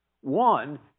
One